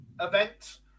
event